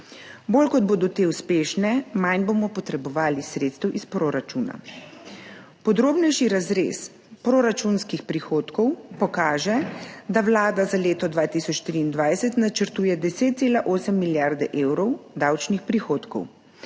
Bolj kot bodo te uspešne, manj bomo potrebovali sredstev iz proračuna. Podrobnejši razrez proračunskih prihodkov pokaže, da Vlada za leto 2023 načrtuje 10,8 milijarde evrov davčnih prihodkov,